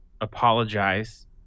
apologize